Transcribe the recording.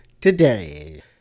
today